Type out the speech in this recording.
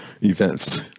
events